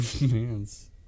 man's